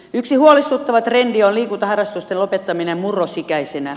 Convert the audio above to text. yksi huolestuttava trendi on liikuntaharrastusten lopettaminen murrosikäisenä